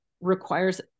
requires